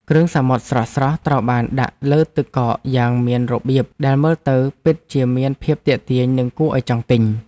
គ្រឿងសមុទ្រស្រស់ៗត្រូវបានដាក់លើទឹកកកយ៉ាងមានរបៀបដែលមើលទៅពិតជាមានភាពទាក់ទាញនិងគួរឱ្យចង់ទិញ។